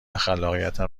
خلاقیتم